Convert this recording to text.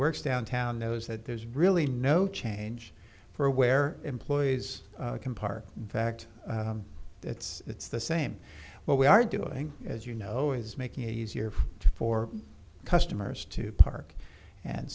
works downtown knows that there's really no change for where employees can park in fact it's the same what we are doing as you know is making it easier for customers to park and